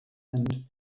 and